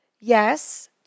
Yes